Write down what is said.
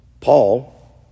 Paul